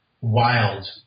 wild